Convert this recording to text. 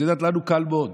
את יודעת, לנו קל מאוד,